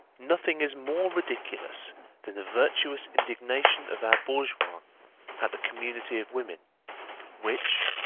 nothing is more ridiculous than the virtuous indignation of our bourgeois at the community of women which,